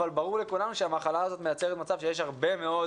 אבל ברור לכולם שהמחלה הזאת מייצרת מצב שיש הרבה מאוד